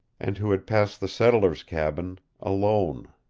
and who had passed the settler's cabin alone.